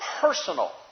personal